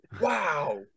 Wow